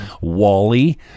Wally